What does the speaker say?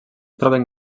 troben